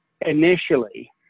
initially